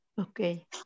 okay